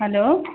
hello